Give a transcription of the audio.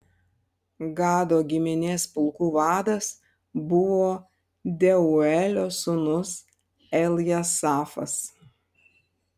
gado giminės pulkų vadas buvo deuelio sūnus eljasafas